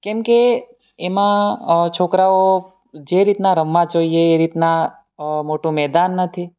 કેમ કે એમાં છોકરાઓ જે રીતના રમવા જોઈએ એ રીતના મોટું મેદાન નથી